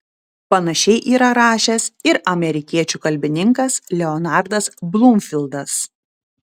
panašiai yra rašęs ir amerikiečių kalbininkas leonardas blumfildas